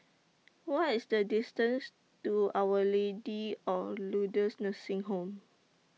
What IS The distance to Our Lady of Lourdes Nursing Home